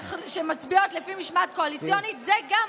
שמצביעות לפי משמעת קואליציונית, זה גם